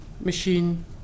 machine